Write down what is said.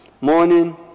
Morning